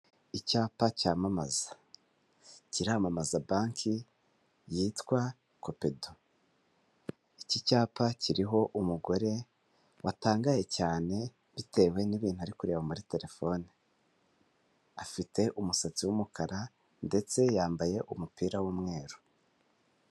Icyapa cyamamaza kiramamaza banki yitwa copedo iki cyapa kiriho umugore watangaye cyane bitewe n'ibintu ari kureba muri telefone . Afite umusatsi w'umukara ndetse yambaye umupira w'umweru.